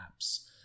apps